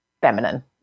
feminine